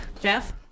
Jeff